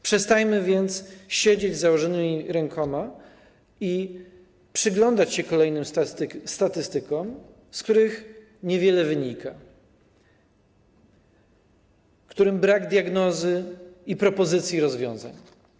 Przestańmy więc siedzieć z założonymi rękoma i przyglądać się kolejnym statystykom, z których niewiele wynika, którym brak diagnozy i propozycji rozwiązań.